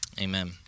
Amen